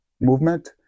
Movement